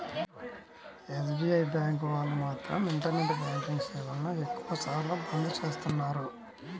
SBI bank వాళ్ళు మాత్రం internet banking సేవలను ఎక్కువ సార్లు బంద్ చేస్తున్నారు